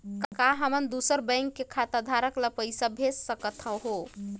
का हमन दूसर बैंक के खाताधरक ल पइसा भेज सकथ हों?